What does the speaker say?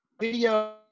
video